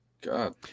God